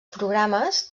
programes